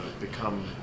become